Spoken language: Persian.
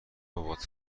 بابات